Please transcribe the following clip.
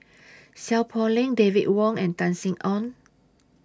Seow Poh Leng David Wong and Tan Sin Aun